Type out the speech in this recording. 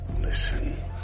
listen